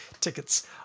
tickets